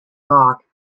rock